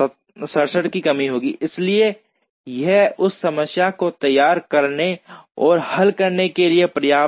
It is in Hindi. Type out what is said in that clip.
67 की कमी होगी इसलिए यह उस समस्या को तैयार करने और हल करने के लिए पर्याप्त है